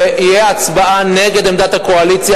ותהיה הצבעה נגד עמדת הקואליציה,